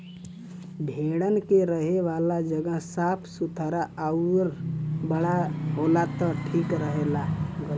भेड़न के रहे वाला जगह साफ़ सुथरा आउर बड़ा होला त ठीक रहला